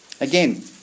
Again